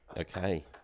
Okay